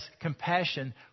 compassion